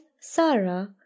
Sarah